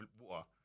water